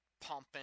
pumping